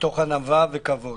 מתוך ענווה וכבוד.